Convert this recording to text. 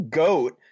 goat